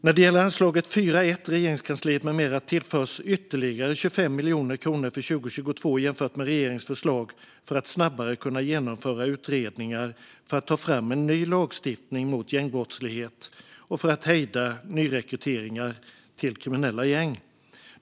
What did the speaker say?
När det gäller anslaget 4:1 Regeringskansliet m.m. tillförs ytterligare 25 miljoner kronor för 2022 jämfört med regeringens förslag för att snabbare kunna genomföra utredningar för att ta fram en ny lagstiftning mot gängbrottslighet och för att hejda nyrekryteringar till kriminella gäng.